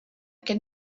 gen